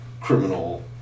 criminal